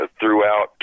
throughout